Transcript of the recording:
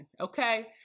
Okay